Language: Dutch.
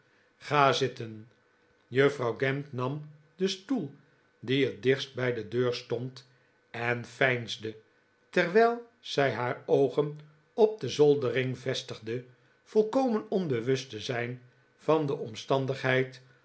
ga zitten juffrouw gamp nam den stoel die het dichtst bij de deur stond en veinsde terwijl zij haar oogen op de zoldering vestigde volkomen onbewust te zijn van de omstandigheid